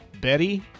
Betty